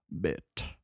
bit